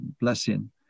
blessing